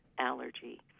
allergy